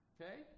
Okay